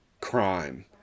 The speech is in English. crime